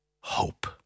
hope